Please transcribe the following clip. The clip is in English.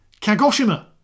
Kagoshima